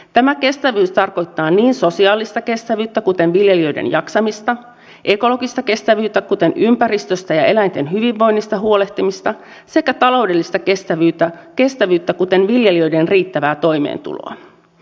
tämä kestävyys tarkoittaa niin sosiaalista kestävyyttä kuten viljelijöiden jaksamista ekologista kestävyyttä kuten ympäristöstä ja eläinten hyvinvoinnista huolehtimista kuin taloudellista kestävyyttä kuten viljelijöiden riittävää toimeentuloa